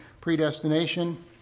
predestination